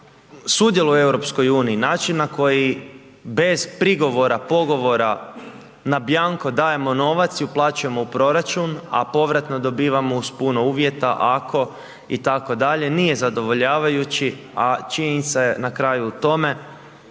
sudjeluje u EU, način na koji bez prigovora, pogovora na bianco dajemo novac i uplaćujemo u proračun, a povratno dobivamo uz puno uvjeta ako itd. nije zadovoljavajući, a činjenica je na kraju u tome